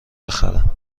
بخرم